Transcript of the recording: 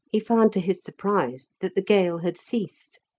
he found to his surprise that the gale had ceased.